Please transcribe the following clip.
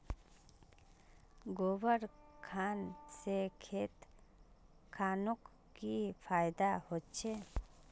गोबर खान से खेत खानोक की फायदा होछै?